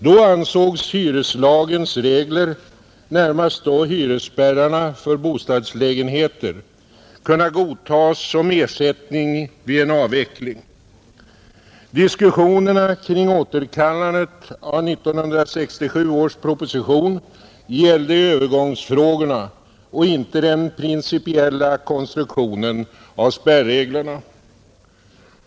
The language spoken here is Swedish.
Då ansågs hyreslagens regler — närmast då hyresspärrarna för bostadslägenheter — kunna godtas som ersättning vid en avveckling. Diskussionerna kring återkallandet av 1967 års proposition gällde övergångsfrågorna och inte den principiella konstruktionen av spärreglerna.